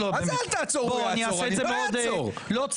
על מה מדובר?